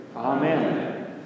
Amen